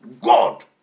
God